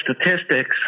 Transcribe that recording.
statistics